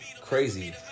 crazy